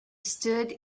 stood